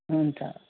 हुन्छ